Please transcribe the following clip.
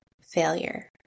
failure